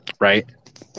Right